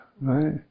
right